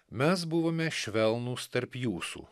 mes buvome švelnūs tarp jūsų